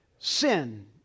Sin